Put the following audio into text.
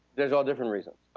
there's all different reasons.